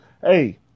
Hey